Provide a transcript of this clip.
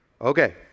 Okay